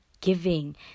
giving